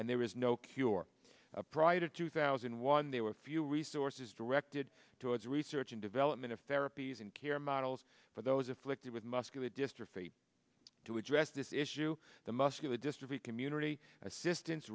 and there is no cure upright or two thousand one there were few resources directed towards research and development of therapies and care models for those afflicted with muscular dystrophy to address this issue the muscular dystrophy community assistance